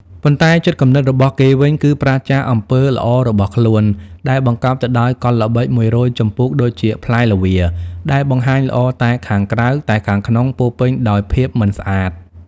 ប៉ុន្តែចិត្តគំនិតរបស់គេវិញ គឺប្រាសចាកអំពើល្អរបស់ខ្លួន ដែលបង្កប់ទៅដោយល្បិចកល១០០ជំពូកដូចជាផ្លែល្វា ដែលបង្ហាញល្អតែខាងក្រៅ តែខាងក្នុងពោពេញដោយភាពមិនស្អាត។